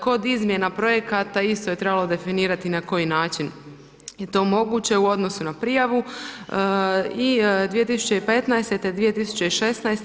Kod izmjena projekata isto je trebalo definirati na koji način je to moguće u odnosu na prijavu i 2015. te 2016.